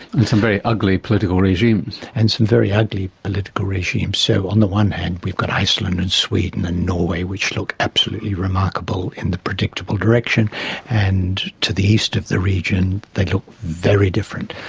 and some very ugly political regimes. and some very ugly political regimes, so on the one hand we've got iceland, sweden and norway which look absolutely remarkable in the predictable direction and to the east of the region they look very different.